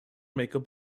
makeup